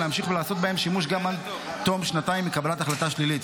ולהמשיך לעשות בהם שימוש גם עד תום שנתיים מקבלת החלטה שלילית.